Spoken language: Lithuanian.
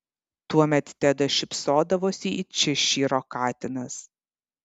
tuomet tedas šypsodavosi it češyro katinas